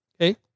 Okay